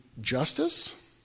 justice